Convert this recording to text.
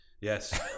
Yes